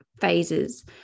phases